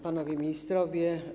Panowie Ministrowie!